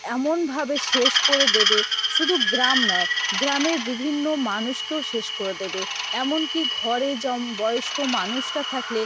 এমনভাবে শেষ করে দেবে শুদু গ্রাম নয় গ্রামের বিভিন্ন মানুষকেও শেষ করে দেবে এমনকি ঘরে যেমন বয়স্ক মানুষরা থাকলে